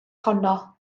honno